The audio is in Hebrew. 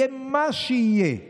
יהיה מה שיהיה,